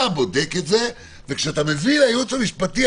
אתה בודק את זה וכאשר אתה מביא לייעוץ המשפטי,